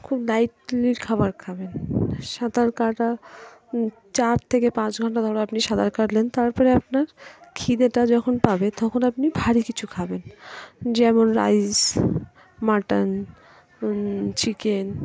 খুব লাইটলি খাবার খাবেন সাঁতার কাটা চার থেকে পাঁচ ঘন্টা ধরো আপনি সাঁতার কাটলেন তার পরে আপনার খিদেটা যখন পাবে তখন আপনি ভারী কিছু খাবেন যেমন রাইস মাটন চিকেন